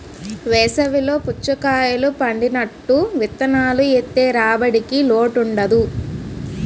వేసవి లో పుచ్చకాయలు పండినట్టు విత్తనాలు ఏత్తె రాబడికి లోటుండదు